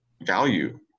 value